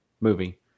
movie